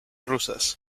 rusas